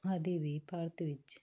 ਆਦਿ ਵੀ ਭਾਰਤ ਵਿੱਚ